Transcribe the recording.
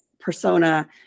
persona